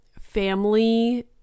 family